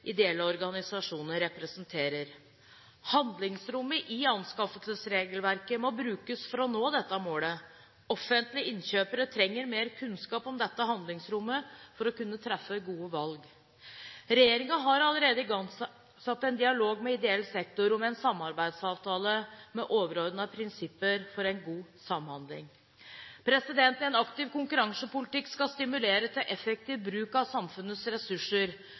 ideelle organisasjoner representerer. Handlingsrommet i anskaffelsesregelverket må brukes for å nå dette målet. Offentlige innkjøpere trenger mer kunnskap om dette handlingsrommet for å kunne treffe gode valg. Regjeringen har allerede igangsatt en dialog med ideell sektor om en samarbeidsavtale med overordnede prinsipper for en god samhandling. En aktiv konkurransepolitikk skal stimulere til effektiv bruk av samfunnets ressurser.